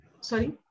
Sorry